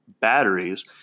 batteries